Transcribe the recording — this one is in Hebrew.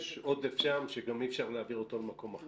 יש עודף שם שגם אי אפשר להעביר אותו למקום אחר.